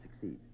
succeed